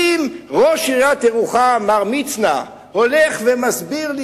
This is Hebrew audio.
אם ראש עיריית ירוחם מר מצנע הולך ומסביר לי